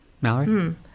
Mallory